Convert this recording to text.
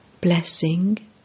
Blessing